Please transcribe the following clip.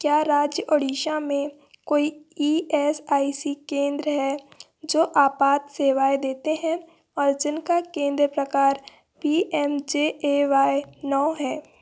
क्या राज्य ओडिशा में कोई ईएसआईसी केंद्र हैं जो आपात सेवाएँ देते हैं और जिनका केंद्र प्रकार पीएमजेएवाई नौ है